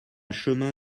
chemin